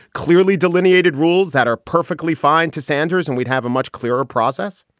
clearly delineated rules that are perfectly fine to sanders and we'd have a much clearer process?